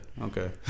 Okay